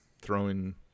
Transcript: throwing